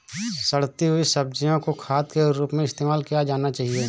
सड़ती हुई सब्जियां को खाद के रूप में इस्तेमाल किया जाना चाहिए